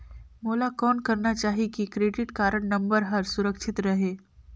मोला कौन करना चाही की क्रेडिट कारड नम्बर हर सुरक्षित रहे?